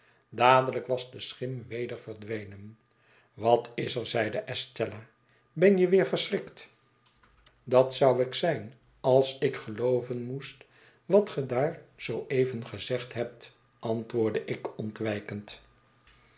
dadelijk was de schim weder verdwenen wat is er zeide estella ben je weer verschrikt dat zou ik zijn als ik gelooven moest wat ge daar zoo even gezegd hebt antwoordde ik ontwijkend